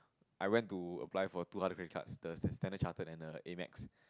I went to apply for two hundred credit cards the the Standard Chartered and the Amex